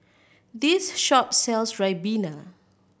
this shop sells ribena